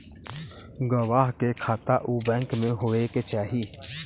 गवाह के खाता उ बैंक में होए के चाही